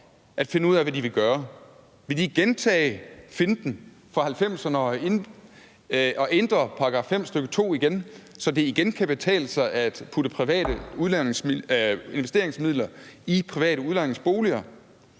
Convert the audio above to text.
at finde ud af, hvad de vil gøre. Vil de gentage finten fra 1990'erne og ændre § 5, stk. 2, igen, så det igen kan betale sig at putte private investeringsmidler i private udlejningsboliger,